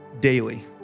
daily